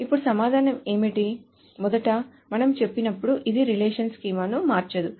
అప్పుడు సమాధానం ఏమిటి మొదటమనము చెప్పినప్పుడు ఇది రిలేషన్ స్కీమాను మార్చదు